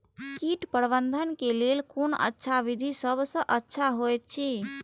कीट प्रबंधन के लेल कोन अच्छा विधि सबसँ अच्छा होयत अछि?